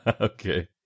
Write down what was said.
Okay